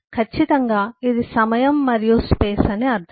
ఖచ్చితంగా ఇది సమయం మరియు స్పేస్ అని అర్ధం